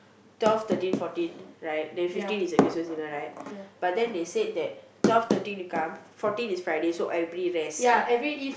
twelve thirteen fourteen right then fifteen is the Christmas dinner right but then they said that twelve thirteen to come fourteen is Friday so everybody rest